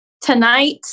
tonight